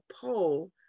poll